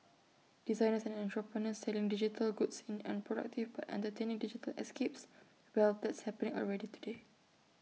designers and entrepreneurs selling digital goods in unproductive but entertaining digital escapes well that's happening already today